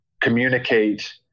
communicate